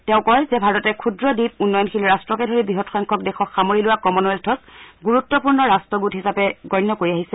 তেওঁ কয় যে ভাৰতে ক্ষুদ্ৰ দ্বীপ উন্নয়নশীল ৰাষ্টকে ধৰি বৃহৎ সংখ্যক দেশক সামৰি লোৱা কমনৱেলথক গুৰুত্বপূৰ্ণ ৰাষ্ট্ৰগোট হিচাপে গণ্য কৰি আহিছে